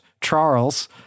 Charles